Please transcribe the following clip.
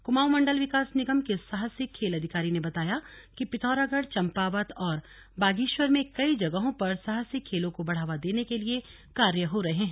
कुमाउं मंडल विकास निगम के साहसिक खेल अधिकारी ने बताया कि पिथौरागढ़ चम्पावत और बागेश्वर में कई जगहों पर साहसिक खेलों को बढ़ावा देने के लिए कार्य हो रहे हैं